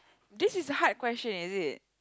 this is the hard question is it